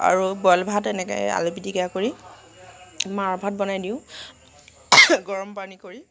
আৰু বইল ভাত এনেকৈ এই আলু পিটিকা কৰি মাৰ ভাত বনাই দিওঁ গৰম পানী কৰি